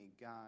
God